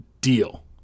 deal